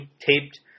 taped